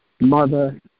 mother